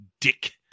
Dick